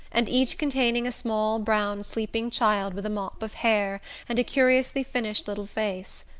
and each containing a small brown sleeping child with a mop of hair and a curiously finished little face.